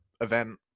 event